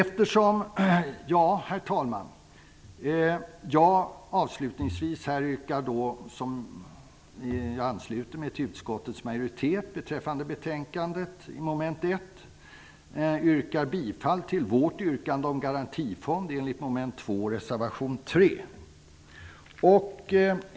Herr talman! Avslutningsvis ansluter jag mig till utskottets majoritet beträffande hemställan i betänkandet, mom. 1. Jag yrkar bifall till vår reservation 3 om garantifond under mom. 2.